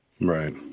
Right